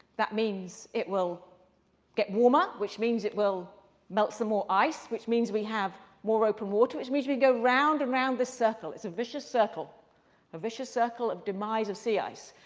that means it will get warmer, which means it will melt some more ice, which means we have more open water, which means we go round and round this circle. it's a vicious a vicious circle of demise of sea ice.